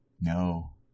No